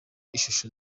ishusho